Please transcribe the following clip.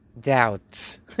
doubts